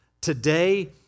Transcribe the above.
today